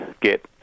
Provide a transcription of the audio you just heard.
get